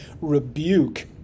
rebuke